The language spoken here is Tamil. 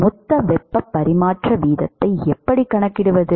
மொத்த வெப்பப் பரிமாற்ற வீதத்தை எப்படிக் கண்டுபிடிப்பது